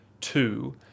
two